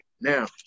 Now